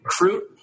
recruit